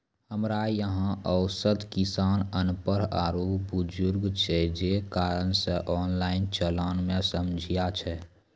हमरा यहाँ औसत किसान अनपढ़ आरु बुजुर्ग छै जे कारण से ऑनलाइन चलन मे समस्या छै?